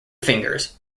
fingers